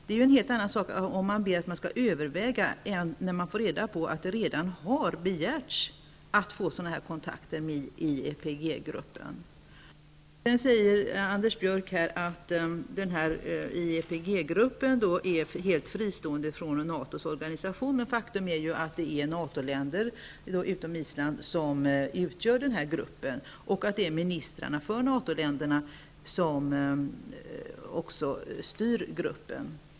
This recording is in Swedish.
Men att tala om att överväga är en helt annan sak än uppgifter om att det redan har begärts sådana här kontakter med IEPG-gruppen. Vidare säger Anders Björck här att IEPG-gruppen är helt fristående från NATO:s organisation. Men faktum är att det är NATO-länderna, utom Island, som utgör den här gruppen. Det är ministrar från NATO-länderna som styr gruppen.